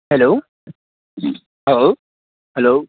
hello हो hello